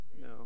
No